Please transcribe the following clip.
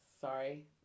sorry